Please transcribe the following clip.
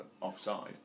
offside